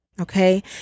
okay